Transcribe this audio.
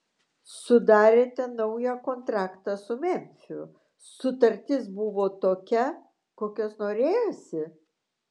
sudarėte naują kontraktą su memfiu sutartis buvo tokia kokios norėjosi